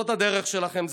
זאת הדרך שלכם.